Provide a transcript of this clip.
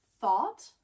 thought